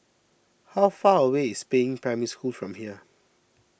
how far away is Peiying Primary School from here